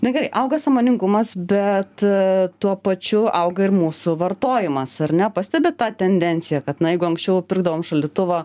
na gerai auga sąmoningumas bet tuo pačiu auga ir mūsų vartojimas ar ne pastebit tą tendenciją kad na jeigu anksčiau pirkdavom šaldytuvą